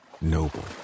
noble